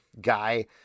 Guy